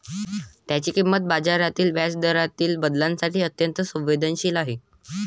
त्याची किंमत बाजारातील व्याजदरातील बदलांसाठी अत्यंत संवेदनशील आहे